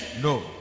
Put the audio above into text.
No